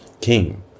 king